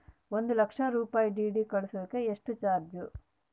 ಒಂದು ಲಕ್ಷ ರೂಪಾಯಿ ಡಿ.ಡಿ ಕಳಸಾಕ ಎಷ್ಟು ಚಾರ್ಜ್?